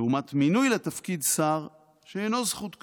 לעומת מינוי לתפקיד שר שאינו זכות קנויה.